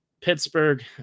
Pittsburgh